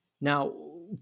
Now